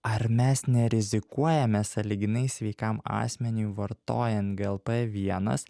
ar mes nerizikuojame sąlyginai sveikam asmeniui vartojant glp vienas